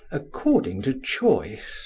according to choice